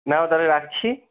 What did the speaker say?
নাও তাহলে রাখছি